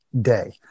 day